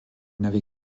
n’avez